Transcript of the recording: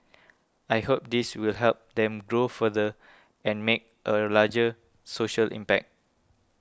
I hope this will help them grow further and make a larger social impact